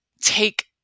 take